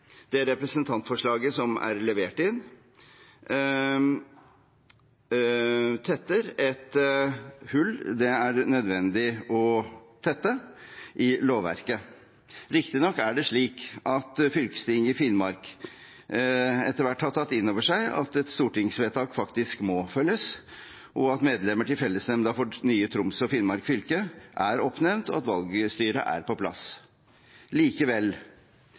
det representantforslaget som er levert inn, tetter et hull i lovverket det er nødvendig å tette. Riktignok er det slik at fylkestinget i Finnmark etter hvert har tatt inn over seg at et stortingsvedtak faktisk må følges, medlemmer til fellesnemnda for nye Troms og Finnmark fylke er oppnevnt, og valgstyret er på plass. Likevel